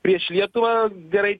prieš lietuvą gerai